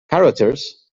carothers